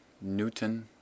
newton